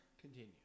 Continue